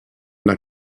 not